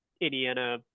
Indiana